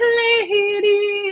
lady